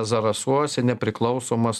zarasuose nepriklausomas